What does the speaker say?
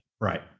Right